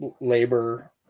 labor